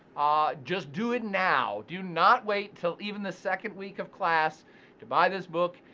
just do it now, do not wait til even the second week of class to buy this book,